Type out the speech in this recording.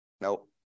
nope